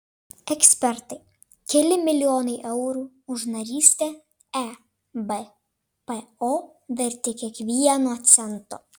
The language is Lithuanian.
ekspertai keli milijonai eurų už narystę ebpo verti kiekvieno cento